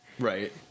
Right